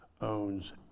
owns